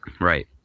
Right